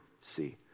see